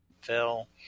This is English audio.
Phil